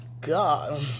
God